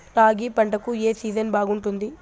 రాగి పంటకు, ఏ సీజన్ బాగుంటుంది?